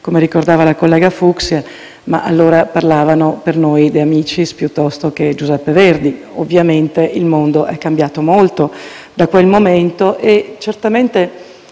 come ricordato dalla collega Fucksia - quando parlavano per noi De Amicis o Giuseppe Verdi. Ovviamente il mondo è cambiato molto da quel momento e certamente,